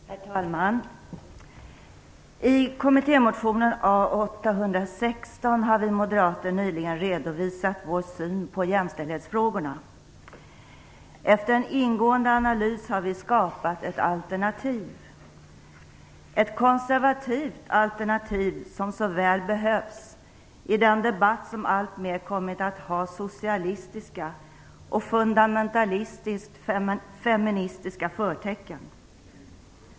Herr talman! I kommittémotion A816 har vi moderater nyligen redovisat vår syn på jämställdhetsfrågorna. Efter en ingående analys har vi skapat ett alternativ - ett konservativt alternativ som så väl behövs i den debatt som alltmer kommit att ha socialistiska, och fundamentalistiskt feministiska, förtecken.